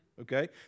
Okay